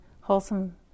wholesome